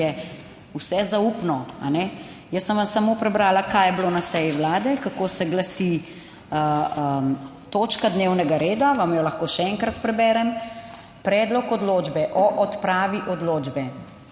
vse zaupno, a ne? Jaz sem vam samo prebrala, kaj je bilo na seji Vlade, kako se glasi točka dnevnega reda, vam jo lahko še enkrat preberem: Predlog odločbe o odpravi odločbe